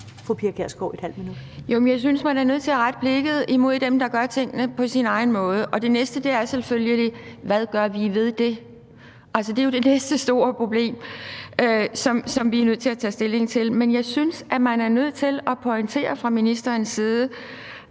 17:24 Pia Kjærsgaard (DF): Jo, men jeg synes, man er nødt til at rette blikket imod dem, der gør tingene på deres egen måde, og det næste problem er selvfølgelig, hvad vi gør ved det. Altså, det er jo det næste store problem, som vi er nødt til at tage stilling til. Men jeg synes, at man er nødt til at pointere fra ministerens side,